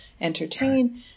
entertain